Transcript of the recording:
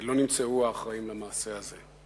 לא נמצאו האחראים למעשה הזה.